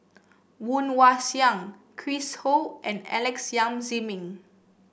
Woon Wah Siang Chris Ho and Alex Yam Ziming